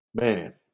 Man